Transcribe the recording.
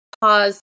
pause